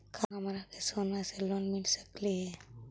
का हमरा के सोना से लोन मिल सकली हे?